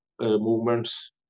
movements